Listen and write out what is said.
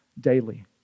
daily